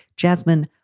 jasmine,